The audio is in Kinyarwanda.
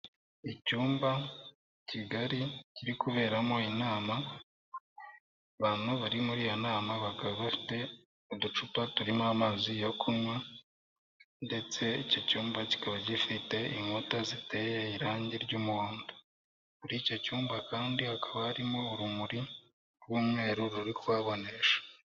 Icyumba kigali kiri kuberamo inama, abantu bari muri iyo nama bakaba bafite uducupa turimo amazi yo kunywa ndetse icyo cyumba kikaba gifite inkuta ziteye irangi ry'umuhondo. Kuri icyo cyumba kandi hakaba harimo urumuri rw'umweru ruri kubonesha.